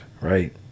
right